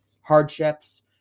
hardships